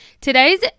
today's